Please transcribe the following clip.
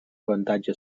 avantatge